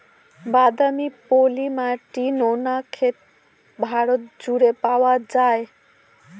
বাদামি, পলি মাটি, নোনা ক্ষেত ভারত জুড়ে পাওয়া যায়